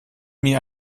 mir